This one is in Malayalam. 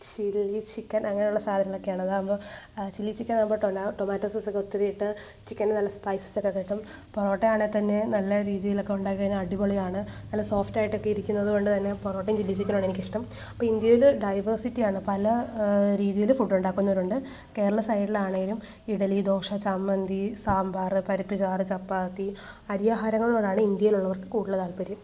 ചില്ലി ചിക്കെൻ അങ്ങനെയുള്ള സാധനങ്ങൾ ഒക്കെയാണ് അതാകുംപ്പോൾ ചില്ലി ചിക്കനാകുമ്പോൾ ടൊമാറ്റൊ സോസക്കെ ഒത്തിരി ഇട്ട് ചിക്കെന് നല്ല സ്പൈസസൊക്കെ കിട്ടും പൊറോട്ടയാണെ തന്നെ നല്ല രീത്യിലൊക്കെ ഉണ്ടാക്കിക്കഴിഞ്ഞാൽ അടിപൊളിയാണ് നല്ല സോഫ്റ്റായിട്ടൊക്കെ ഇരിക്കുന്നത് കൊണ്ട് തന്നെ പൊറാട്ടയും ചില്ലിചിക്കെനുമാണ് എനിക്ക് ഇഷ്ടം അപ്പോൾ ഇന്ത്യയിൽ ഡൈവേസിറ്റിയാണ് പല രീതിയിൽ ഫുഡ്ഡുണ്ടാക്കുന്നവരുണ്ട് കേരള സൈഡിലാണെങ്കിലും ഇഡലി ദോശ ചമ്മന്തി സാമ്പാർ പരിപ്പ്ചാർ ചപ്പാത്തി അരിയാഹാരങ്ങളോടാണ് ഇന്ത്യയിലുള്ളവർക്ക് കൂടുതൽ ഇഷ്ടം താൽപര്യം